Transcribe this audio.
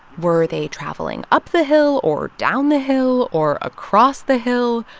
were they traveling up the hill or down the hill or across the hill?